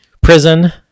prison